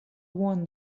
one